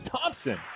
Thompson